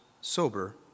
sober